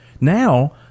Now